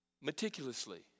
meticulously